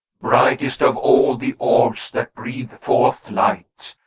brightest of all the orbs that breathe forth light,